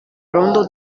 rondo